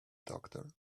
doctor